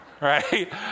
right